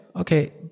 okay